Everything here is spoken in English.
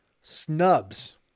snubs